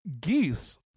geese